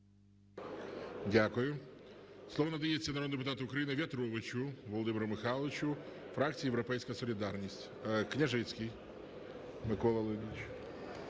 Дякую. Слово надається народному депутату В'ятровичу Володимиру Михайловичу, фракція "Європейська Солідарність" Княжицький Микола Леонідович.